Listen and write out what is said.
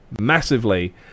massively